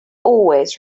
always